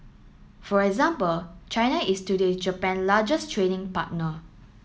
for example China is today Japan largest trading partner